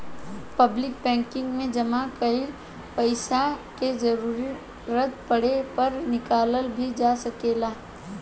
public banking में जामा कईल पइसा के जरूरत पड़े पर निकालल भी जा सकेला